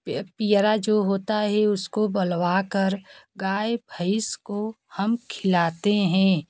पियर जो होता है उसको बलवा कर गाय भैंस को हम खिलाते हैं